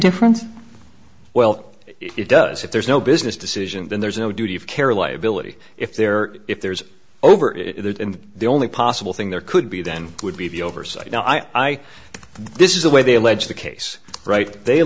difference well it does if there's no business decision then there's no duty of care liability if there if there's over it and the only possible thing there could be then would be the oversight no i this is the way they allege the case right they